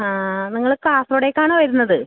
നിങ്ങൾ കാസറോടെക്കാണൊ വരുന്നത്